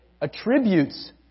attributes